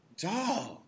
dog